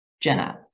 Jenna